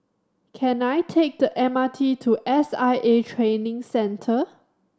can I take the M R T to S I A Training Centre